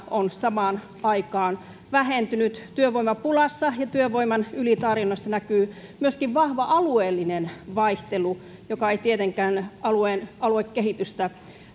on samaan aikaan vähentynyt työvoimapulassa ja työvoiman ylitarjonnassa näkyy myöskin vahva alueellinen vaihtelu joka ei tietenkään alueen aluekehitystä